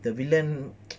the villain